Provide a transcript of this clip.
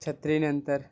छत्री नंतर